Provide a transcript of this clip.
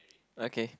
okay